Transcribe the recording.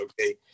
Okay